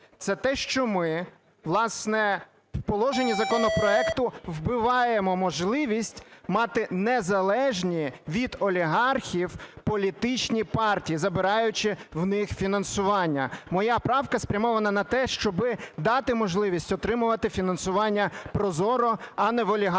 це те, що ми, власне, в положенні законопроекту вбиваємо можливість мати незалежні від олігархів політичні партії, забираючи в них фінансування. Моя правка спрямована на те, щоби дати можливість отримувати фінансування прозоро, а не в олігархів.